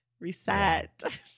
reset